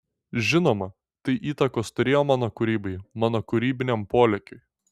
žinoma tai įtakos turėjo mano kūrybai mano kūrybiniam polėkiui